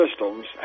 systems